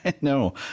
no